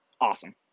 awesome